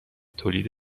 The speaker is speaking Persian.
تولید